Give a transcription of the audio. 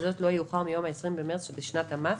וזאת לא יאוחר מיום ה-20 במרס בשנת המס